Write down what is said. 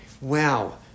wow